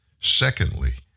Secondly